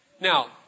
Now